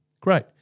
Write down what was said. Great